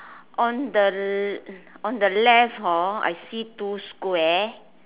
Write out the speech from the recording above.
on the on the left hor I see two square